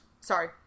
Sorry